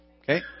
Okay